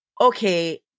Okay